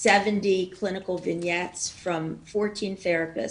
70 תיאורים מ-14 מטפלים,